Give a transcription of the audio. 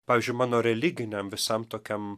pavyzdžiui mano religiniam visam tokiam